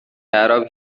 اعراب